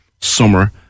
summer